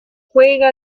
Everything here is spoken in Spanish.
juega